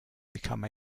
become